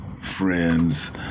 friends